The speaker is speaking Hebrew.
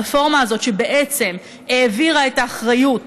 הרפורמה הזאת בעצם העבירה את האחריות